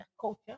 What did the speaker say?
culture